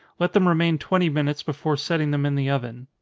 let them remain twenty minutes before setting them in the oven.